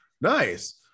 nice